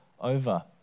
over